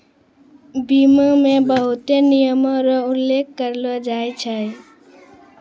बीमा मे बहुते नियमो र उल्लेख करलो जाय छै